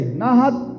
nahat